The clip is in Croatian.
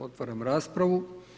Otvaram raspravu.